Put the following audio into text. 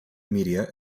media